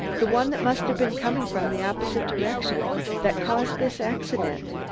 the one that must have been coming from the opposite direction that caused this accident.